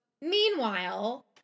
meanwhile